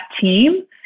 team